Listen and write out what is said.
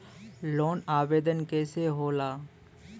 Loan आवेदन कैसे होला?